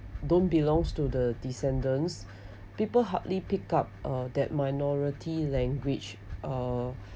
don't belongs to the descendants people hardly pick up uh that minority language uh